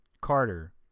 Carter